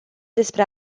despre